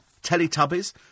Teletubbies